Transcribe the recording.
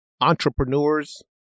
entrepreneurs